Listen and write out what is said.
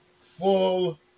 full